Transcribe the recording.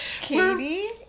Katie